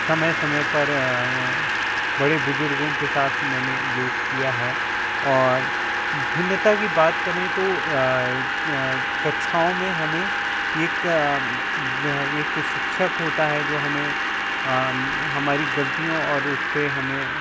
समय पर बड़े बुजुर्गों के साथ मैंने योग किया है और भिन्नता की बात करें तो कक्षाओं में हमें एक एक शिक्षक होता है जो हमें हमारी गलतियों और उसपे हमें